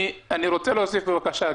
גבי, אני רוצה להוסיף, בבקשה.